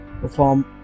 perform